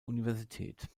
universität